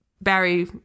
Barry